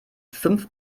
fünf